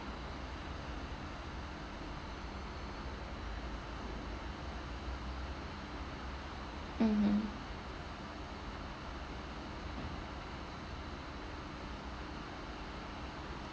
mmhmm